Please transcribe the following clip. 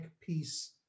piece